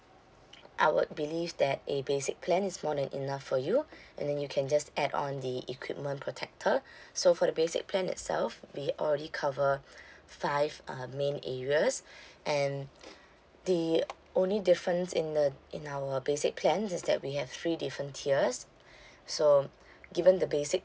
I will believe that a basic plan is more than enough for you and then you can just add on the equipment protector so for the basic plan itself we already cover five uh main areas and the only difference in the in our basic plans is that we have three different tiers so given the basic